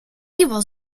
strabane